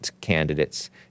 candidates